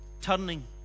turning